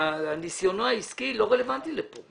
ניסיונו העסקי לא רלוונטי לכאן.